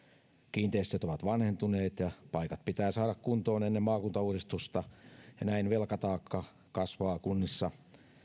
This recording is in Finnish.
kiinteistöt ovat vanhentuneet ja paikat pitää saada kuntoon ennen maakuntauudistusta ja näin velkataakka kasvaa kunnissa